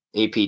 AP